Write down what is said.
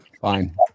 Fine